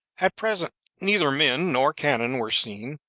at present neither men nor cannon were seen,